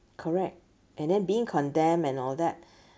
correct and then being condemned and all that